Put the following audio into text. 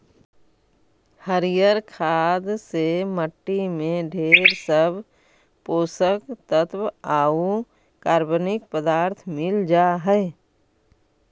हरियर खाद से मट्टी में ढेर सब पोषक तत्व आउ कार्बनिक पदार्थ मिल जा हई